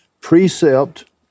precept